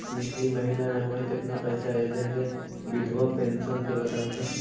इ महिना मे हमर केतना पैसा ऐले हे बिधबा पेंसन के बताहु तो?